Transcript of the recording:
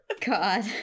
God